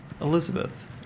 Elizabeth